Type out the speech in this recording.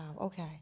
okay